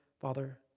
Father